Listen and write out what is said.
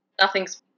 Nothing's